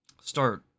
start